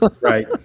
Right